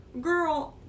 girl